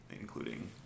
including